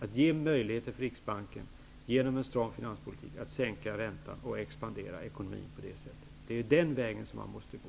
På det sättet får Riksbanken möjligheter att genom en stram finanspolitik sänka räntan och expandera ekonomin. Det är den vägen som man måste gå.